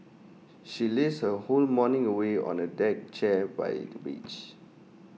she lazed her whole morning away on A deck chair by the beach